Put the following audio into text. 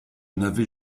n’avais